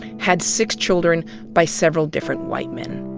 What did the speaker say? had six children by several different white men.